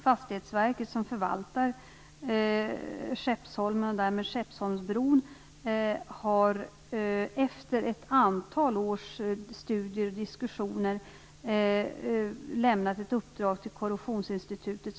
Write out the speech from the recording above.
Fastighetsverket, som förvaltar Skeppsholmen och därmed Skeppsholmsbron, har efter ett antal års studier och diskussioner lämnat ett uppdrag till Korrosionsinstitutet.